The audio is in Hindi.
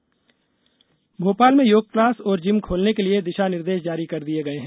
योग क्लास भोपाल में योग क्लास और जिम खोलने के लिए दिशा निर्देश जारी कर दिए गए हैं